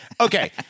Okay